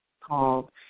called